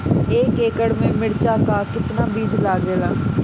एक एकड़ में मिर्चा का कितना बीज लागेला?